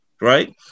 right